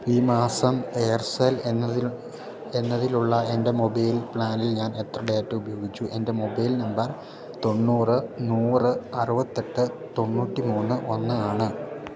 ഈ മാസം എയർസെൽ എന്നതിൽ എന്നതിലുള്ള എൻ്റെ മൊബൈൽ പ്ലാനിൽ ഞാൻ എത്ര ഡേറ്റ ഉപയോഗിച്ചു എൻ്റെ മൊബൈൽ നമ്പർ തൊണ്ണൂറ് നൂറ് അറുപത്തെട്ട് തൊണ്ണൂറ്റി മൂന്ന് ഒന്ന് ആണ്